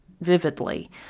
vividly